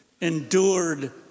endured